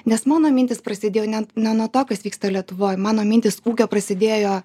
nes mano mintys prasidėjo ne ne nuo to kas vyksta lietuvoj mano mintys ūkio prasidėjo